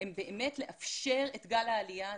הוא באמת לאפשר את גל העלייה הזה,